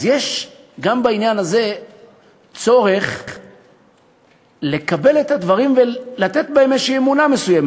אז יש גם בעניין הזה צורך לקבל את הדברים ולתת בהם אמונה מסוימת.